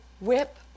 whip